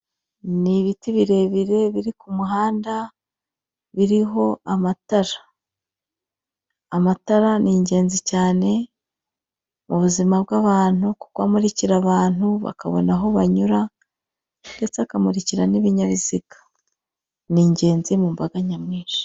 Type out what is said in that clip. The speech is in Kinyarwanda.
Ni ibiti birebire biri ku muhanda biriho amatara. Amatara ni ingenzi cyane mu buzima bw'abantu kuko amurikira abantu bakabona aho banyura ndetse akamurikira n'ibinyabiziga. Ni ingenzi mu mbaga nyamwinshi.